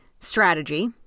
strategy